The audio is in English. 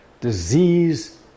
disease